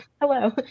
hello